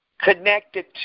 connected